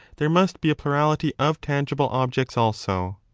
there must be a plurality of tangible objects also.